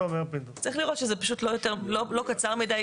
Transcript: צריך לראות שזה לא זמן קצר מדי.